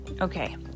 Okay